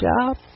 job